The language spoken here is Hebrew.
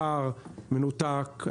קר, מנותק.